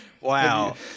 Wow